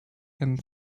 and